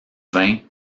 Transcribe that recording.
vin